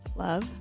Love